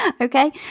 Okay